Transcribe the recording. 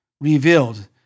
revealed